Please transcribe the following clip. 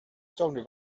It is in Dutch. toonde